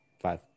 Five